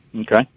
Okay